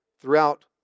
throughout